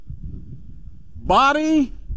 body